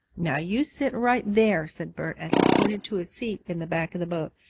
now you sit right there, said bert, as he pointed to a seat in the back of the boat.